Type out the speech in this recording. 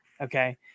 Okay